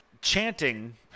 Chanting